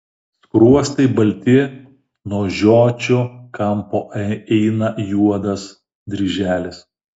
skruostai balti nuo žiočių kampo eina juodas dryželis